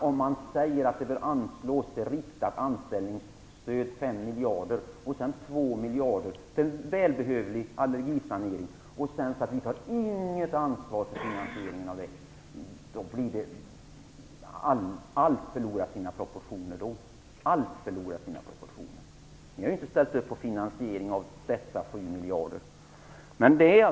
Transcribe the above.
Om man säger att det bör anslås 5 miljarder till ett riktat anställningsstöd och 2 miljarder till en välbehövlig allergisanering och sedan säger att man inte tar något ansvar för finansieringen av det förlorar allt sina proportioner. Ni har inte ställt upp på finansiering av dessa 7 miljarder.